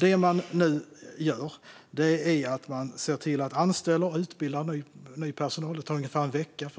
Det man nu gör är att anställa och utbilda ny personal - det tar ungefär en vecka